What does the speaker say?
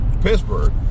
Pittsburgh